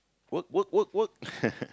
work work work work